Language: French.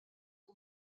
ton